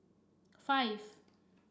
five